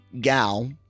gal